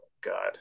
God